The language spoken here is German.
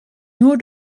nur